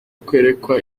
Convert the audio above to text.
kwerekwa